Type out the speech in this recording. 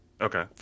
okay